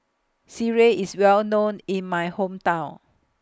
Sireh IS Well known in My Hometown